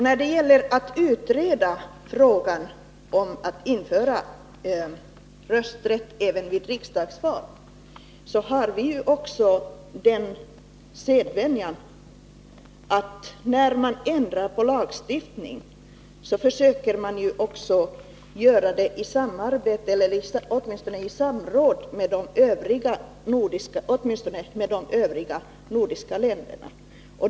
När det gäller att utreda frågan om att införa rösträtt även vid riksdagsval har vi ju också den sedvänjan, att när man ändrar på lagstiftning, försöker man göra det i samarbete eller åtminstone i samråd med de övriga nordiska länderna.